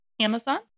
Amazon